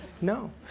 No